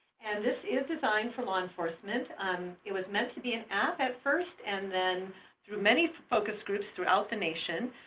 and this is designed for law enforcement. um it was meant to be an app at first. and then through many focus groups throughout the nation,